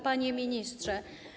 Panie Ministrze!